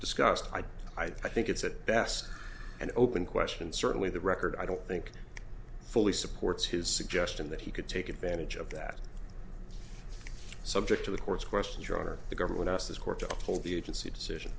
discussed i think it's at best an open question certainly the record i don't think fully supports his suggestion that he could take advantage of that subject to the court's question your honor the government asked this court to uphold the agency decision